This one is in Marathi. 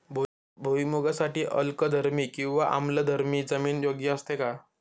भुईमूगासाठी अल्कधर्मी किंवा आम्लधर्मी जमीन योग्य असते का?